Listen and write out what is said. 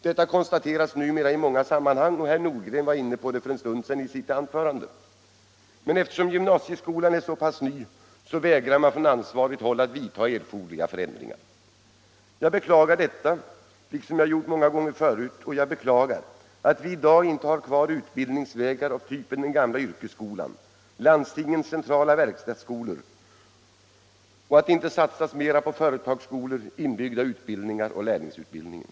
Detta konstateras numera i många sammanhang — herr Nordgren var inne på det för en stund sedan i sitt anförande — men eftersom gymnasieskolan är så pass ny vägrar man på ansvarigt håll att vidta erforderliga förändringar. Jag beklagar detta — liksom jag gjort många gånger förut — och jag beklagar också att vi i dag inte har kvar utbildningsvägar av typen den gamla yrkesskolan, landstingens centrala verkstadsskolor och att det inte satsas mera på företagsskolor, inbyggda utbildningar och lärlingsutbildningen.